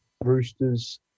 Roosters